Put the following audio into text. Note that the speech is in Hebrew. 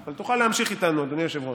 אתה תוכל להמשיך איתנו, אדוני היושב-ראש.